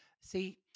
See